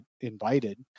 invited